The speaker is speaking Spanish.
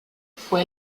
fue